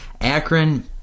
Akron